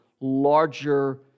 larger